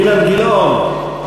אילן גילאון?